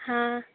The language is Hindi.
हाँ